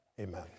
amen